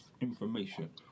information